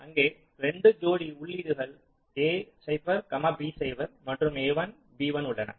அங்கே 2 ஜோடி உள்ளீடுகள் a0 b0 மற்றும் a1 b1 உள்ளன